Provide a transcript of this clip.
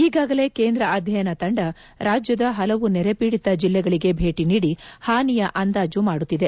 ಈಗಾಗಲೇ ಕೇಂದ್ರ ಅಧ್ಯಯನ ತಂಡ ರಾಜ್ಯದ ಹಲವು ನೆರೆ ಪೀಡಿತ ಜಿಲ್ಲೆಗಳಗೆ ಭೇಟಿ ನೀಡಿ ಹಾನಿಯ ಅಂದಾಜು ಮಾಡುತ್ತಿದೆ